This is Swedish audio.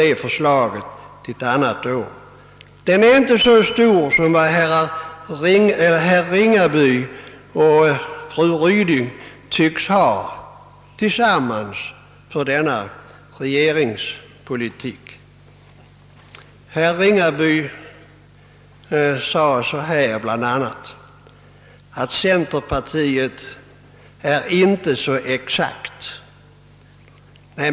Vår tillit till regeringspolitiken är inte lika stor som herr Ringabys och fry Rydings tycks vara. Herr Ringaby sade bl.a. att centerpartiet inte är så exakt.